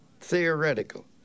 theoretical